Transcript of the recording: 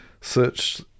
search